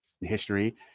history